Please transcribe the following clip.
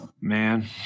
Man